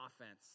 offense